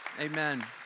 Amen